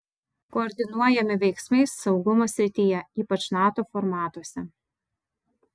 koordinuojami veiksmai saugumo srityje ypač nato formatuose